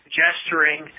gesturing